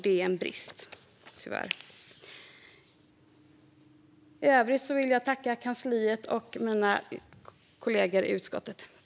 Det är tyvärr en brist. Jag vill tacka kansliet och mina kollegor i utskottet.